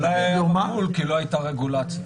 אולי היה מבול כי לא הייתה רגולציה.